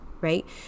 right